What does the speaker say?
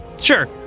Sure